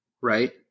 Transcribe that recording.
Right